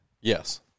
yes